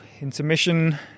intermission